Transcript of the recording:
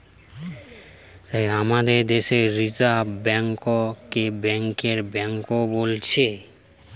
আমাদের দেশে reserve bank কে ব্যাংকের বেঙ্ক বোলছে